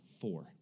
four